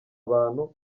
abantu